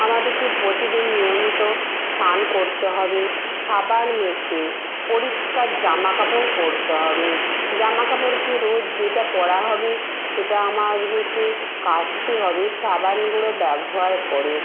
আমাদেরকে পোতিদিন নিয়মিত স্নান করতে হবে সাবান মেখে পরিষ্কার জামা কাপড় পরতে হবে জামা কাপড়কে রোজ যেটা পরা হবে সেটা আমাদেরকে কাচতে হবে সাবান গুঁড়ো ব্যবহার করে